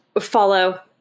follow